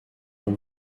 all